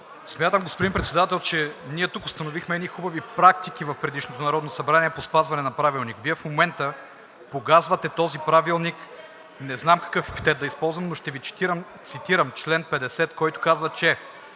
водене. Господин Председател, смятам, че ние тук установихме едни хубави практики в предишното Народно събрание по спазване на Правилника. В момента Вие погазвате този правилник. Не знам какъв епитет да използвам, но ще Ви цитирам чл. 50, който казва, че